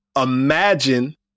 imagine